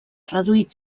reduït